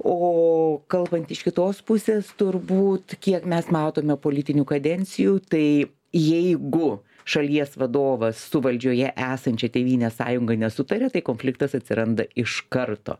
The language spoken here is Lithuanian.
o kalbant iš kitos pusės turbūt kiek mes matome politinių kadencijų tai jeigu šalies vadovas su valdžioje esančia tėvynės sąjungoje nesutaria tai konfliktas atsiranda iš karto